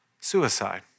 Suicide